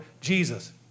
Jesus